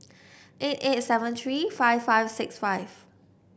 eight eight seven three five five six five